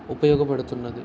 ఉపయోగపడుతున్నది